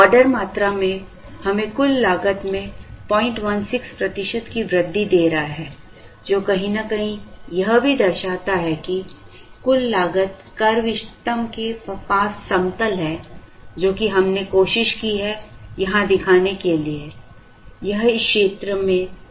order मात्रा में हमें कुल लागत में 016 प्रतिशत की वृद्धि दे रहा है जो कहीं न कहीं यह भी दर्शाता है कि कुल लागत कर्व इष्टतम के पास समतल है जो कि हमने कोशिश की है यहाँ दिखाने के लिए यह इस क्षेत्र में यहाँ काफी समतल है